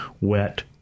wet